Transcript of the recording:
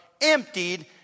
emptied